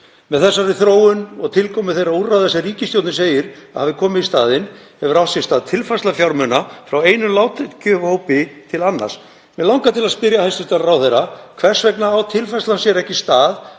Með þessari þróun og tilkomu þeirra úrræða sem ríkisstjórnin segir að hafi komið í staðinn hefur átt sér stað tilfærsla fjármuna frá einum lágtekjuhópi til annars. Mig langar til að spyrja hæstv. ráðherra: Hvers vegna á tilfærslan sér ekki stað